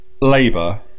labour